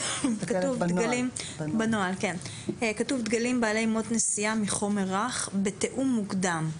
כתוב דגלים בעלי מוט נשיאה מחומר רך בתיאום מוקדם.